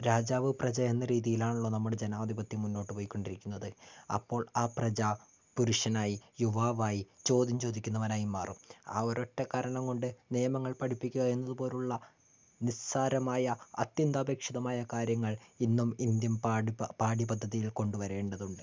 രാജാവ് പ്രജ എന്ന രീതിയിലാണല്ലോ നമ്മുടെ ജനാതിപത്യം മുന്നോട്ട് പോയിക്കൊണ്ടിരിക്കുന്നത് അപ്പോൾ ആ പ്രജ പുരുഷനായി യുവാവായി ചോദ്യം ചോദിക്കുന്നവനായി മാറും ആ ഒരു ഒറ്റ കാരണം കൊണ്ട് നിയമങ്ങൾ പഠിപ്പിക്കുക എന്നത് പോലുള്ള നിസ്സാരമായ അത്യന്താപേക്ഷിതമായ കാര്യങ്ങൾ ഇന്നും ഇന്ത്യൻ പാഠ്യ പാഠ്യ പദ്ധതിയിൽ കൊണ്ടുവരേണ്ടതുണ്ട്